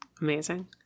Amazing